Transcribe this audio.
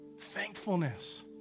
Thankfulness